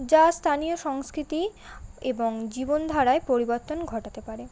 যা স্থানীয় সংস্কৃতি এবং জীবনধারায় পরিবর্তন ঘটাতে পারে